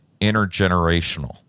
intergenerational